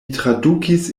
tradukis